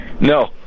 No